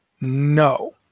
no